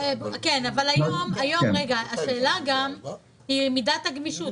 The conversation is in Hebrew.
אבל היום השאלה גם היא מידת הגמישות.